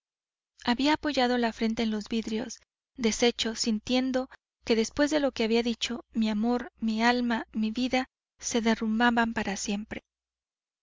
había apoyado la frente en los vidrios deshecho sintiendo que después de lo que había dicho mi amor mi alma mi vida se derrumbaban para siempre